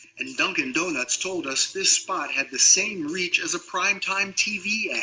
and dunkin' donuts told us this spot had the same reach as a prime-time tv ad.